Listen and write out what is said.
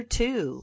two